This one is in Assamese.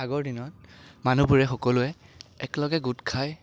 আগৰ দিনত মানুহবোৰে সকলোৱে একেলগে গোট খাই